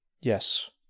Yes